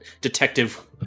detective